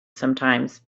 sometimes